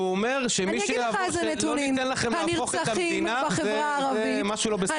שהוא אומר שלא ניתן לכם להפוך את המדינה זה משהו לא בסדר?